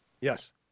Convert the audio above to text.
Yes